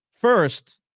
First